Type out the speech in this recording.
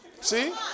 See